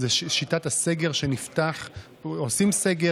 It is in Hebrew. לאחר בחינת הצורך הציבורי שביסוד הבקשה